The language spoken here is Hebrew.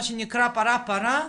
מה שנקרא פרה פרה,